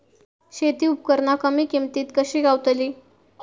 शेती उपकरणा कमी किमतीत कशी गावतली?